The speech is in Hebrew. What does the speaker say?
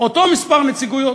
אותו מספר נציגויות.